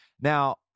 Now